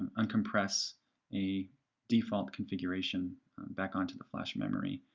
um uncompress a default configuration back onto the flash memory.